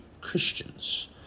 Christians